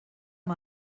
amb